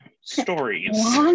stories